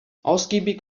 ausgiebig